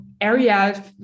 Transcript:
area